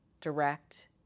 direct